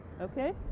Okay